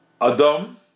Adam